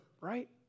right